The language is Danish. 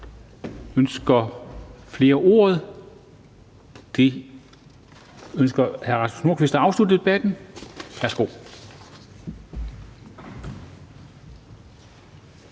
Ønsker flere ordet? Ønsker hr. Rasmus Nordqvist at afslutte debatten? Værsgo.